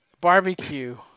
barbecue